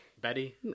betty